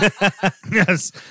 Yes